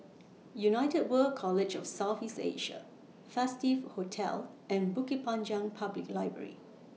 United World College of South East Asia Festive Hotel and Bukit Panjang Public Library